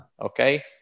Okay